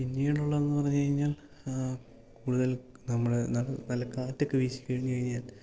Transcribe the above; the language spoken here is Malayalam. പിന്നീടുള്ളതെന്ന് പറഞ്ഞ് കഴിഞ്ഞാൽ കൂടുതൽ നമ്മള് ന നല്ല കാറ്റൊക്കെ വീശി കഴിഞ്ഞ് കഴിഞ്ഞാൽ